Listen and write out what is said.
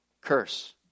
curse